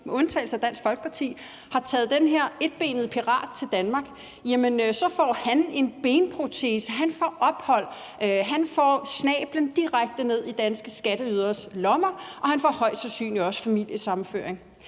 med undtagelse af Dansk Folkeparti har valgt at tage den her etbenede pirat til Danmark, får han en benprotese, han får ophold, han får snablen direkte ned i de danske skatteyderes lommer, og han får højst sandsynligt også familiesammenføring.